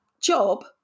job